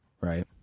Right